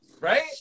Right